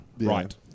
Right